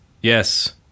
yes